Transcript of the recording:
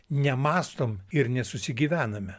nemąstom ir nesusigyvename